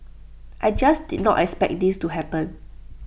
I just did not expect this to happen